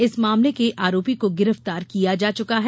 इस मामले के आरोपी को गिरफ्तार किया जा चुका है